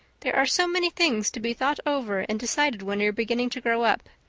there are so many things to be thought over and decided when you're beginning to grow up.